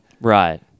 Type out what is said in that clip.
Right